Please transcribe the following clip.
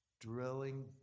drilling